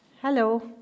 Hello